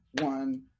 one